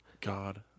God